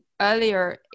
earlier